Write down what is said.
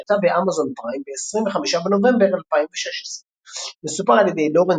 שיצא באמזון פריים ב-25 בנובמבר 2016. מסופר על ידי לורנס